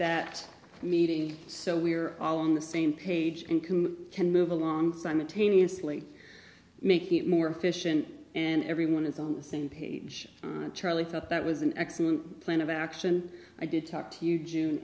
that meeting so we are all on the same page and can move along simultaneously making it more efficient and everyone is on the same page charlie thought that was an excellent plan of action i did talk to you june